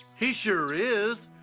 he sure is.